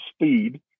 Speed